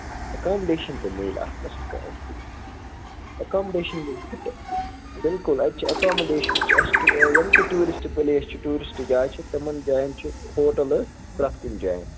accommodation تہِ میلہِ اَتھ مَسلہٕ کانٛہہ اٮ۪کامڈیشَن میلہِ فِٹ بِلکُل اَتہِ چھِ ایٚکامڈیشَن چھِ اَسہِ یِم تہِ ٹیٛوٗرِسٹہٕ پُلیس چھِ ٹیٛوٗرِسٹہٕ جایہِ چھِ تِمَن جایَن چھِ ہوٹَلٕز پرٛٮ۪تھ کُنہِ جایہِ